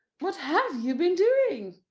what have you been doing?